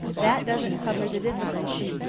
that doesn't cover the difficulty.